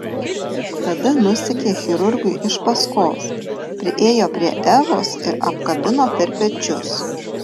tada nusekė chirurgui iš paskos priėjo prie evos ir apkabino per pečius